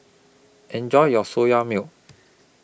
Enjoy your Soya Milk